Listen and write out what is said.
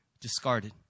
discarded